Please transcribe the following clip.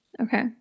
okay